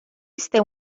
este